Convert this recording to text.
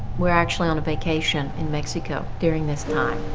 were actually on vacation in mexico during this time,